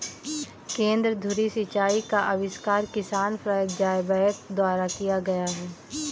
केंद्र धुरी सिंचाई का आविष्कार किसान फ्रैंक ज़ायबैक द्वारा किया गया था